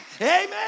Amen